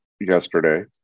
yesterday